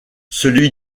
celui